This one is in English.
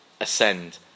ascend